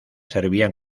servían